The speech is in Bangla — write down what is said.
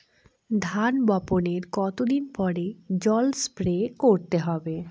ধান বপনের কতদিন পরে জল স্প্রে করতে হবে?